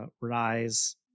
rise